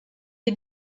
est